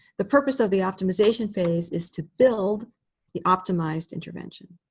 the purpose of the optimization phase is to build the optimized intervention.